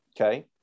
Okay